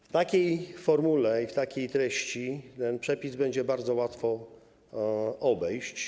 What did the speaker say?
W takiej formule i w takiej treści ten przepis będzie bardzo łatwo obejść.